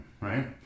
right